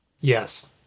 Yes